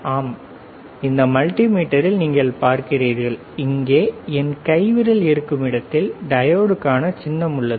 ஆம் இந்த மல்டிமீட்டரில் நீங்கள் பார்க்கிறீர்கள் இங்கே என் விரல் இருக்கும் இடத்தில் டையோடுக்கான சின்னம் உள்ளது